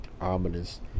ominous